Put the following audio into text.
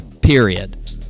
Period